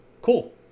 cool